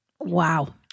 wow